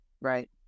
Right